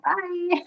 Bye